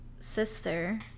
sister